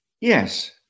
Yes